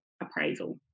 appraisal